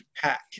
pack